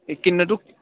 किन्ने तो